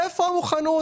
איפה המוכנות?